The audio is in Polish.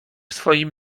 swoim